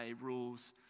rules